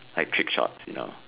like click shots you know